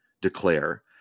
declare